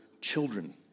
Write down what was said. children